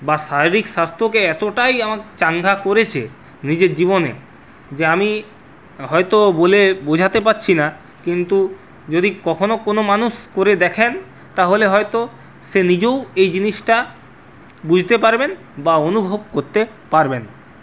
বা শারীরিক স্বাস্থ্যকে এতটাই আমার চাঙ্গা করেছে নিজের জীবনে যে আমি হয়তো বলে বোঝাতে পাচ্ছি না কিন্তু যদি কখনও কোনও মানুষ করে দেখেন তাহলে হয়তো সে নিজেও এই জিনিসটা বুঝতে পারবেন বা অনুভব করতে পারবেন